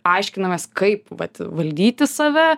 aiškinamės kaip vat valdyti save